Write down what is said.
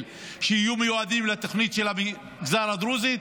שיהיו מיועדים לתוכנית של המגזר הדרוזי,